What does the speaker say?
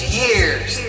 years